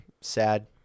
sad